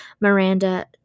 Miranda